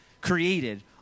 created